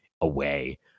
away